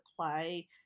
play